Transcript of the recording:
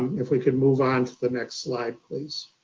if we could move on to the next slide, please.